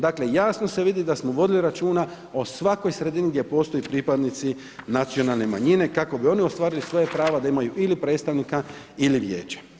Dakle, jasno se vidi da smo vodili računa o svakoj sredini gdje postoje pripadnici nacionalne manjine, kako bi oni ostvarili svoje pravo da imaju ili predstavnika ili vijeće.